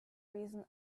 reason